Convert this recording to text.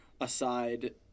aside